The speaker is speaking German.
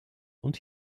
und